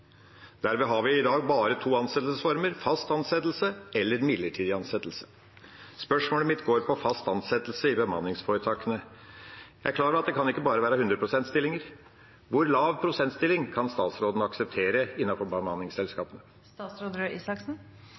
har vi i dag bare to ansettelsesformer: fast ansettelse og midlertidig ansettelse. Spørsmålet mitt går på fast ansettelse i bemanningsforetakene. Jeg er klar over at det ikke bare kan være 100 pst.-stillinger. Hvor lav prosentstilling kan statsråden akseptere